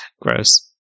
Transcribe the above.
gross